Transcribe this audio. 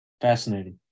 Fascinating